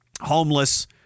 homeless